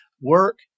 work